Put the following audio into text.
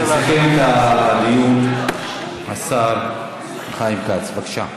יסכם את הדיון השר חיים כץ, בבקשה.